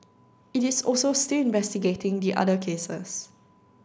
it is also still investigating the other cases